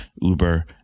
uber